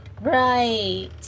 right